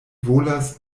volas